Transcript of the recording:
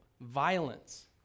violence